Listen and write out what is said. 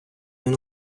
він